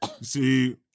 See